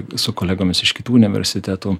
su kolegomis iš kitų universitetų